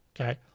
okay